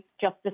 Justice